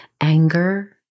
anger